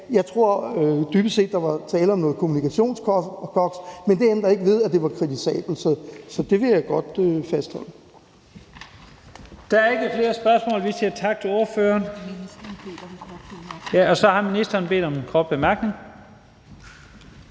Jeg tror dybest set, der var tale om noget kommunikationskoks, men det ændrer ikke ved, at det var kritisabelt, så det vil jeg godt fastholde.